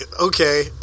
okay